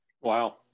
Wow